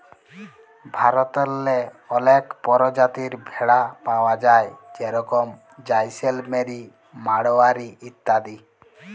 ভারতেল্লে অলেক পরজাতির ভেড়া পাউয়া যায় যেরকম জাইসেলমেরি, মাড়োয়ারি ইত্যাদি